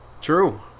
true